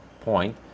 point